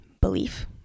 Belief